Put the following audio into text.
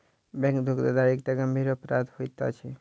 bank धोखाधड़ी एकटा गंभीर अपराध होइत अछि